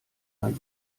man